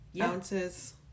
ounces